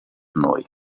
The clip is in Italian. noi